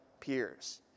peers